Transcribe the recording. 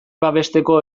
babesteko